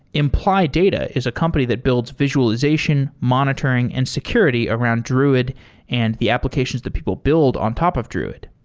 imply data is a company that builds visualization, monitoring and security around druid and the applications that people build on top of druid.